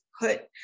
Put